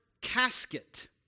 casket